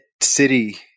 city